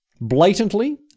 blatantly